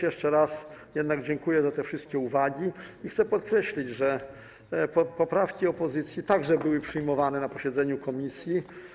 Jeszcze raz jednak dziękuję za wszystkie uwagi i chcę podkreślić, że poprawki opozycji także były przyjmowane na posiedzeniu komisji.